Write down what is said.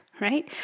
right